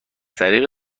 طریق